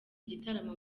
igitaramo